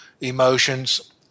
emotions